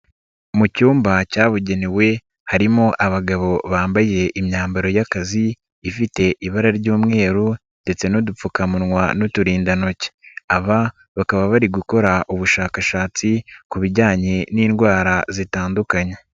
Mu cyumba cyabugenewe, harimo abagabo bambaye imyambaro y'akazi, ifite ibara ry'umweru ndetse n'udupfukamunwa n'uturindantoki, aba bakaba bari gukora ubushakashatsi, ku bijyanye n'indwara zitandukanye.